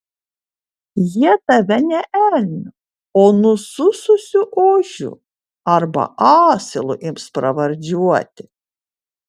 jie tave ne elniu o nusususiu ožiu arba asilu ims pravardžiuoti